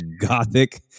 gothic